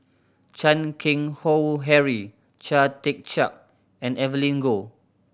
Chan Keng Howe Harry Chia Tee Chiak and Evelyn Goh